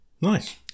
nice